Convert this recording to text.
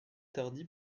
tardy